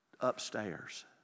upstairs